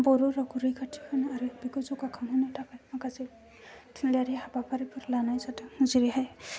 बर' रावखौ रैखाथि होनो आरो बेखौ जौगाखांहोनो थाखाय माखासे थुनलायारि हाबाफारिफोर लानाय जादों जेरैहाय